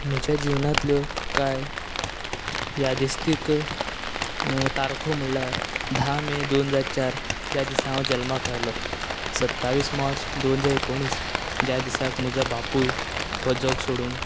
म्हज्या जिवनांतल्यो कांय यादिस्तीक तारखो म्हळ्यार धा मे दोन हजार चार ह्या दिसाक हांव जल्मांक आयलो सत्तावीस मार्च दोन हजार एकोणीस ज्या दिसाक म्हजो बापुय हो जग सोडून